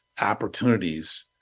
opportunities